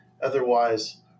Otherwise